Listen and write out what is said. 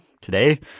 Today